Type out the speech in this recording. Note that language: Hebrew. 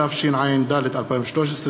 התשע"ד 2013,